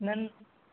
न न